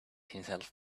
himself